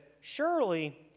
Surely